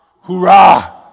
Hoorah